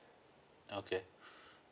okay